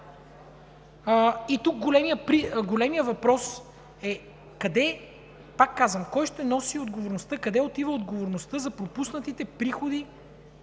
тук големият въпрос е: кой ще носи отговорността, къде отива отговорността за пропуснатите приходи